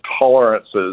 tolerances